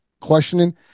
questioning